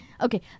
Okay